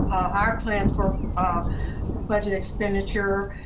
our plan for ah and budget expenditure,